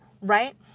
right